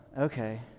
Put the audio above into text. okay